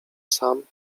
sam